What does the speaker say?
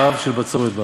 רעב של בצורת בא: